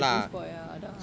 team sport ya